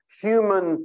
human